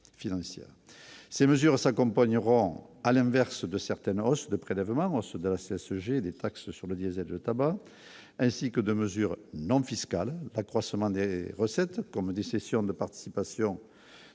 ces mesures s'accompagneront à l'inverse de certaines hausses de prélèvements, ceux de la CSG, des taxes sur le diésel, le tabac ainsi que de mesures non fiscales accroissement des recettes comme des cessions de participations de